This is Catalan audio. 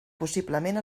possiblement